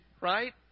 right